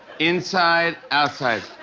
inside, outside.